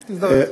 תזדרז.